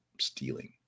stealing